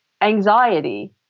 anxiety